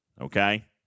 Okay